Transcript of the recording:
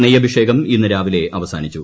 നെയ്യഭിക്ഷകം ഇന്ന് രാവിലെ അവസാനിച്ചു